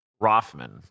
Rothman